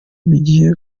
bigize